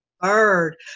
bird